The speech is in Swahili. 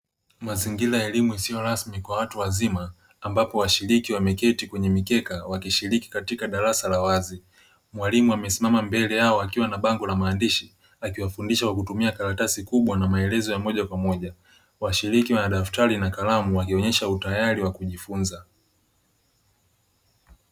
Mazingira ya elimu isiyo rasmi kwa watu wazima ambapo washiriki wameketi kwenye mikeka wakishiriki katika darasa la wazi, mwalimu amesimama mbele yao akiwa na bango la maandishi akiwafundisha kwa kutumia karatasi kubwa na maelezo ya moja kwa moja; washiriki wana daftari na kalamu wakionyesha uhodari wa kujifunza.